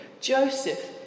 Joseph